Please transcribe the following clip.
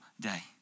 day